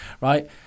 right